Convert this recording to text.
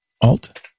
Alt